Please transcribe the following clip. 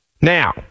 Now